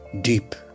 Deep